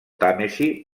tàmesi